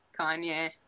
Kanye